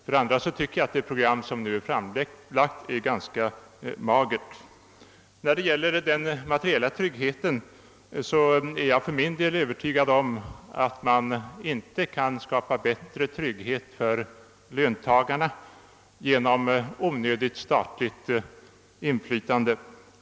För det andra anser jag att det nu framlagda programmet är ganska magert. När det gäller den materiella tryggheten är jag för min del övertygad om att man inte kan skapa större trygghet för löntagarna genom onödigt statligt inflytande.